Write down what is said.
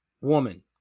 woman